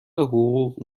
حقوق